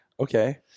Okay